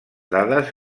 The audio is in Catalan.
dades